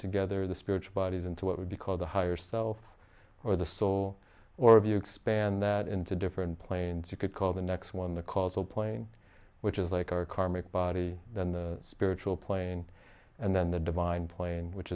together the spiritual bodies into what would be called the higher self or the so or of you expand that into different planes you could call the next one the causal plane which is like our karmic body then the spiritual plane and then the divine plane which